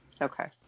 Okay